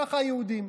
ככה היהודים.